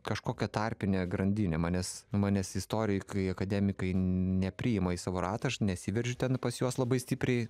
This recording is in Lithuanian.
kažkokią tarpinę grandinę manęs manęs istorikai akademikai nepriima į savo ratą aš nesiveržiu ten pas juos labai stipriai